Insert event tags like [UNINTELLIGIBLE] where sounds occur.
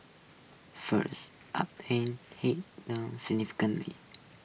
first are pain Head [UNINTELLIGIBLE] significance